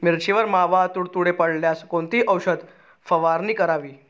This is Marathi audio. मिरचीवर मावा, तुडतुडे पडल्यास कोणती औषध फवारणी करावी?